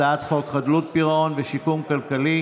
הצעת חוק חדלות פירעון ושיקום כלכלי